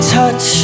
touch